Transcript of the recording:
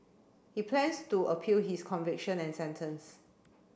he plans to appeal his conviction and sentence